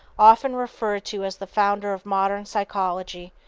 often referred to as the founder of modern psychology,